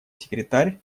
секретарь